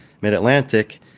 Mid-Atlantic